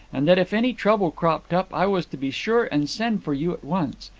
and that if any trouble cropped up, i was to be sure and send for you at once.